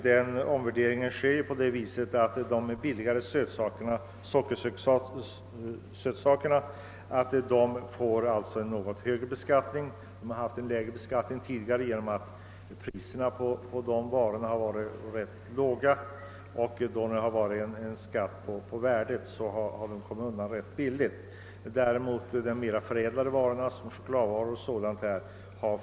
Genom att priserna på sockerkonfektyrer har varit rätt låga har beskattningen på dem varit lägre så länge skatten beräknats på värdet, medan skatten på mer förädlade varor såsom choklad har varit högre.